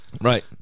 Right